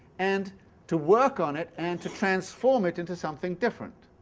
and to work on it and to transform it into something different.